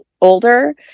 older